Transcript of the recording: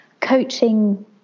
coaching